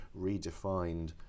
redefined